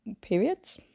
periods